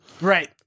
Right